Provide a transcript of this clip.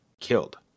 killed